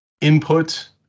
input